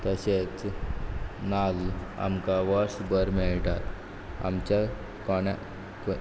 तशेंच नाल्ल आमकां वर्स भर मेळटात आमच्या कोणाकूय